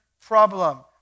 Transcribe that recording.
problem